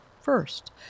first